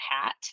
hat